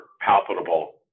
palpable